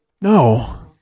no